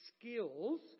skills